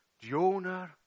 Jonah